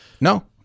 No